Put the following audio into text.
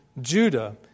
judah